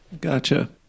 Gotcha